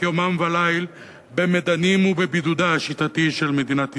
יומם וליל במדנים ובבידודה השיטתי של מדינת ישראל.